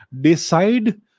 decide